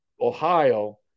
Ohio